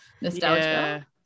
nostalgia